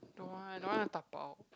don't want I don't want to dapao